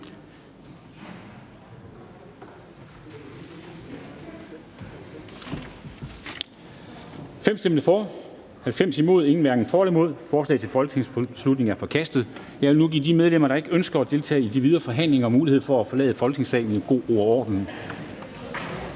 Siddique (UFG)), hverken for eller imod stemte 0. Forslaget til folketingsbeslutning er forkastet. Jeg vil nu give de medlemmer, der ikke ønsker at deltage i de videre forhandlinger, mulighed for at forlade Folketingssalen i god ro og orden.